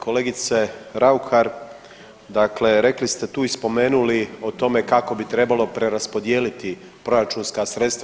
Kolegice Rauhar, dakle rekli ste tu i spomenuli o tome kako bi trebalo preraspodijeliti proračunska sredstva.